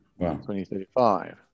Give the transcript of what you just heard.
2035